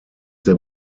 der